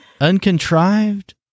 Uncontrived